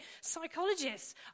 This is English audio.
psychologists